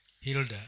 Hilda